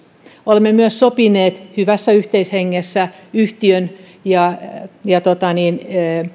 olemme myös sopineet hyvässä yhteishengessä yhtiön ja ja